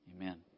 Amen